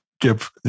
give